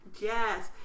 Yes